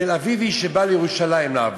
תל-אביבי שבא לירושלים לעבוד,